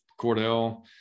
Cordell